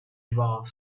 dwarf